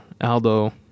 Aldo